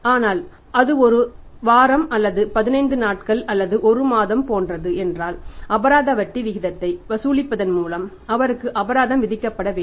ஆனால் அது ஒரு வாரம் அல்லது 15 நாட்கள் அல்லது ஒரு மாதம் போன்றது என்றால் அபராத வட்டி விகிதத்தை வசூலிப்பதன் மூலம் அவருக்கு அபராதம் விதிக்கப்பட வேண்டும்